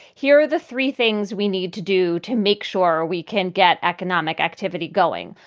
here are the three things we need to do to make sure we can get economic activity going.